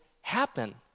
happen